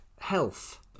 health